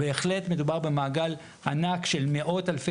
בהחלט מדובר במעגל ענק של מאות-אלפי